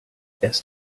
erst